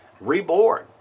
reborn